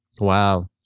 Wow